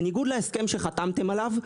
בניגוד להסכם שחתמתם עליו,